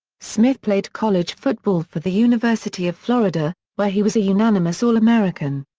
smith played college football for the university of florida, where he was a unanimous all-american.